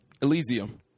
Elysium